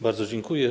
Bardzo dziękuję.